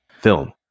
film